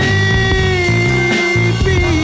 Baby